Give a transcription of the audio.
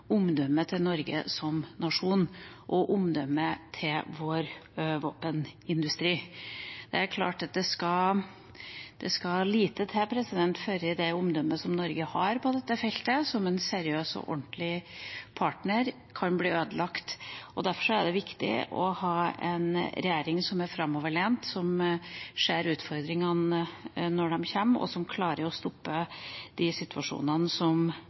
til Norge som nasjon og omdømmet til vår våpenindustri står på spill. Det skal lite til før det omdømmet som Norge, som en seriøs og ordentlig partner, har på dette feltet, kan bli ødelagt. Derfor er det viktig å ha en regjering som er framoverlent, som ser utfordringene når de kommer, og som klarer å stoppe de situasjonene som